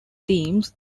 themes